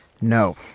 No